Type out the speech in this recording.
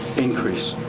increase.